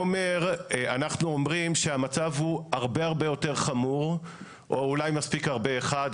ואנחנו אומרים שהמצב הוא הרבה הרבה יותר חמור או אולי מספיק "הרבה" אחד,